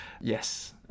Yes